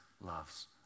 loves